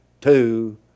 two